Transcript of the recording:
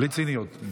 בלי ציניות.